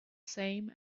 same